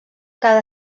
cada